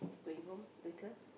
when you home baker